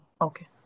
okay